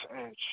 Edge